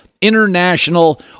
international